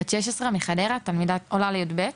בת 16 מחדרה ועולה לכיתה י״ב.